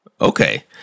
Okay